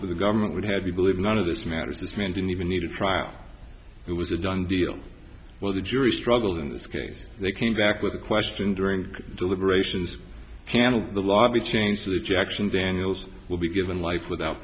for the government would have you believe none of this matters this man didn't even need a trial it was a done deal well the jury struggled in this case they came back with a question during deliberations panel the lobby changed the objection daniels will be given life without